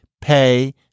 pay